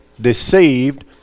deceived